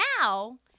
now